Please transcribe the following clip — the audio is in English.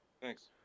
Thanks